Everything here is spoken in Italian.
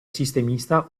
sistemista